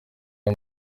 ayo